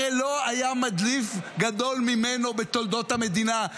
הרי לא היה מדליף גדול ממנו בתולדות המדינה.